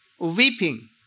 weeping